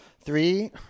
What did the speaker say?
Three